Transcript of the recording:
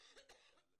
למשל,